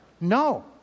No